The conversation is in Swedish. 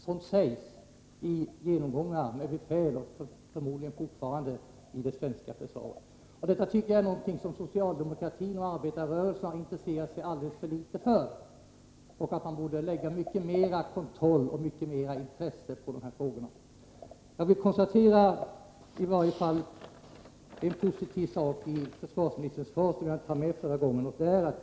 Sådant har sagts vid genomgångar med befäl i det svenska försvaret — och sägs förmodligen fortfarande. Detta har socialdemokratin och arbetarrörelsen intresserat sig alldeies för litet för. Man borde ha mycket mer kontroll över och intresse för dessa frågor. Jag konstaterar i varje fall en positiv sak i försvarsministerns svar, som jag inte hann nämna i det förra anförandet.